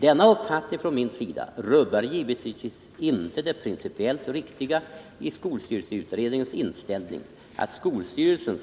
Denna uppfattning från min sida rubbar givetvis inte det principiellt riktiga i skolstyrelseutredningens inställning, att skolstyrelsens